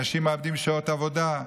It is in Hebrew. אנשים מאבדים שעות עבודה.